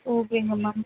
ஓகேங்க மேம்